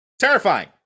Terrifying